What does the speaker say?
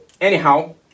anyhow